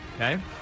Okay